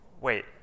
wait